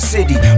City